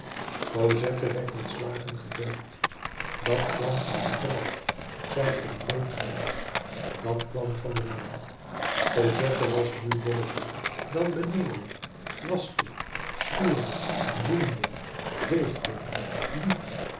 cosette werd met slagen gebeukt dat kwam van de vrouw zij ging blootvoets dat kwam van den man cosette was nu boven dan beneden waschte schuurde boende veegde liep